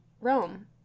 Rome